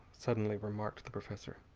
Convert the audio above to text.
suddenly remarked the professor.